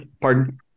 Pardon